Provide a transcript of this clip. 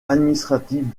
administrative